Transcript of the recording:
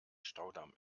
staudamm